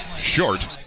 short